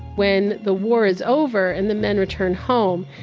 when the war is over and the men returned home,